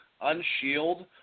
unshielded